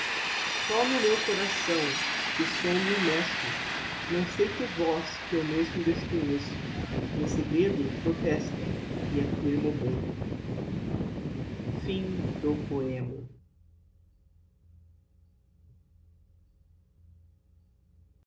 só no meu coração que sondo e meço não sei que voz que eu mesmo desconheço em segredo protesta e affirma o bem